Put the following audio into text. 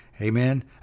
Amen